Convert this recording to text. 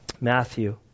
Matthew